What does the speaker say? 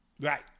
Right